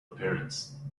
appearance